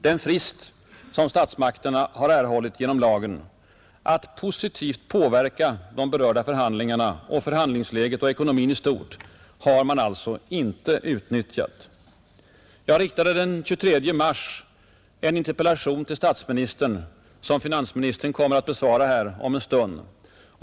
Den frist statsmakterna erhållit genom lagen att positivt påverka de berörda förhandlingarna och förhandlingsläget och ekonomin i stort sett har man alltså inte utnyttjat. Den 23 mars riktade jag till statsministern en interpellation, som finansministern kommer att besvara om en stund.